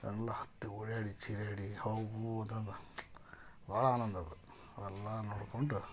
ಎಲ್ಲ ಹತ್ತಿ ಓಡಾಡಿ ಚಿರಾಡಿ ಭಾಳ ಆನಂದ ಅದು ಅವೆಲ್ಲ ನೋಡಿಕೊಂಡು